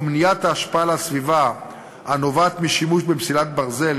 מניעת ההשפעה על הסביבה הנובעת משימוש במסילת ברזל,